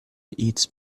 eats